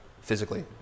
physically